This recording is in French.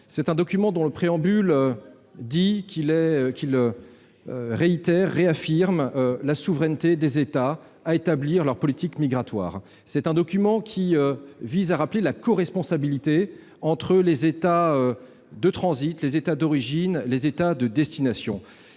C'est un document dont le préambule réaffirme la souveraineté des États pour établir leur politique migratoire, et qui vise à rappeler la coresponsabilité entre les États de transit, les États d'origine et les États de destination.